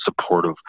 supportive